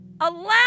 Allow